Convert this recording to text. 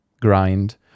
grind